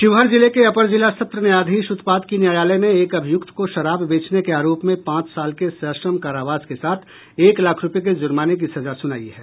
शिवहर जिले के अपर जिला सत्र न्यायाधीश उत्पाद की न्यायालय ने एक अभियुक्त को शराब बेचने के आरोप में पांच साल के सश्रम कारावास के साथ एक लाख रुपये के जुर्माने की सजा सुनाई है